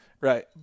Right